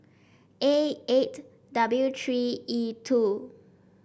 A eight W three E two